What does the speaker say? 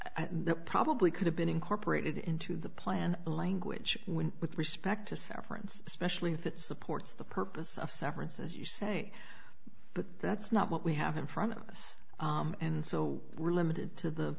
but probably could have been incorporated into the plan language with respect to severance especially if it supports the purpose of severance as you say but that's not what we have in front of us and so we're limited to the